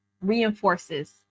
reinforces